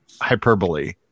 hyperbole